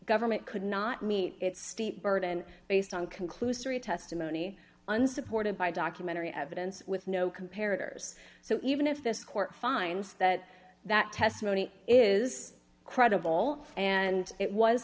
government could not meet its steep burden based on conclusory testimony unsupported by documentary evidence with no comparatives so even if this court finds that that testimony is credible and it was